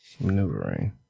maneuvering